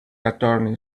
attorney